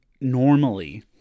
normally